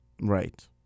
Right